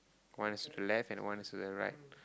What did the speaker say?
one's to the left and one is to the right